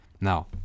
now